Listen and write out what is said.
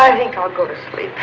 i think i'll go to sleep